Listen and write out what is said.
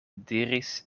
diris